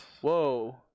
Whoa